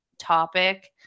topic